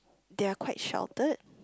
they are quite sheltered